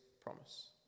promise